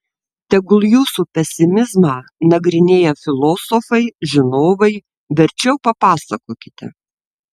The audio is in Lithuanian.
tegul jūsų pesimizmą nagrinėja filosofai žinovai verčiau papasakokite